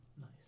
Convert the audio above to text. Nice